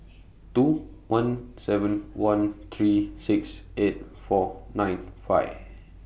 two one seven one three six eight four nine five